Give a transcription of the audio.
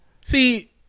see